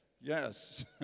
Yes